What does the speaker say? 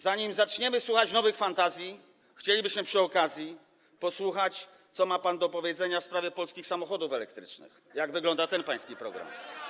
Zanim zaczniemy słuchać nowych fantazji, chcielibyśmy przy okazji posłuchać, co ma pan do powiedzenia w sprawie polskich samochodów elektrycznych, jak wygląda ten pański program.